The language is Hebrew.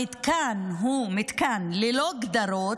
המתקן הוא מתקן ללא גדרות,